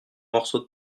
morceau